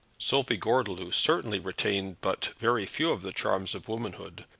sophie gordeloup certainly retained but very few of the charms of womanhood,